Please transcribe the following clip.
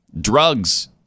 drugs